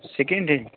second hand